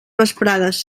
vesprades